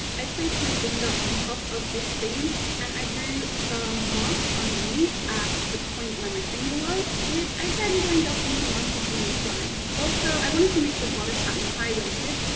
i placed my finger on top of this seam and i drew some marks underneath, at the point where my finger was, which i then joined up into one continuous line. also, i wanted to make the bodice-pattern high-waisted,